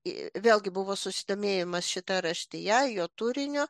vėlgi buvo susidomėjimas šita raštija jo turiniu